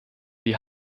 die